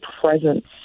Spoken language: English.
presence